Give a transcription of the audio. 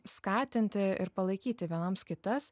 skatinti ir palaikyti vienoms kitas